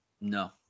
No